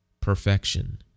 perfection